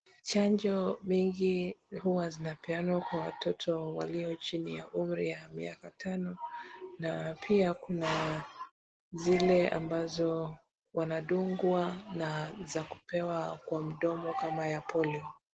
Chanjo mingi huwa zinapeanwa kwa watoto walio chini ya umri wa miaka tano. Na pia kuna zile ambazo wanadungwa na za kupewa kwa mdomo kama ya polio.